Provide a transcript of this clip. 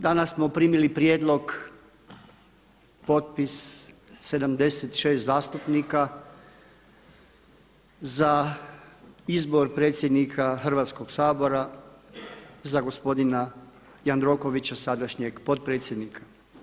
Danas smo primili prijedlog, potpis 76 zastupnika za izbor predsjednika Hrvatskog sabora za gospodina Jandrokovića sadašnjeg potpredsjednika.